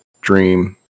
dream